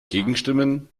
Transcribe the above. gegenstimmen